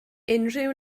unrhyw